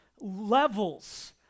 levels